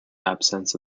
absence